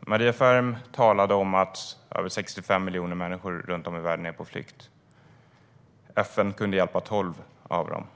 Maria Ferm talade om att över 65 miljoner människor runt om i världen är på flykt. FN skulle hjälpa 12 miljoner av dem.